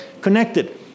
connected